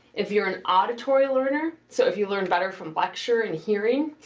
if you're an auditory learner, so if you learn better from lecture and hearing,